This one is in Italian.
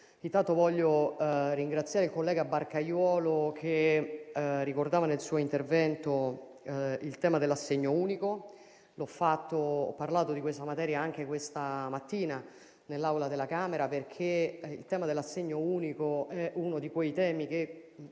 Intanto voglio ringraziare il collega Barcaiuolo, che ricordava nel suo intervento il tema dell'assegno unico. Ho parlato di questa materia anche questa mattina nell'Aula della Camera, perché è uno di quei temi che